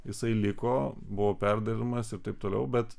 jisai liko buvo perdavimas ir taip toliau bet